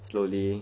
slowly